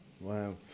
wow